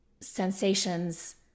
sensations